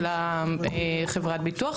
של חברת הביטוח,